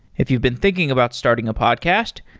if you've been thinking about starting a podcast,